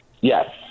Yes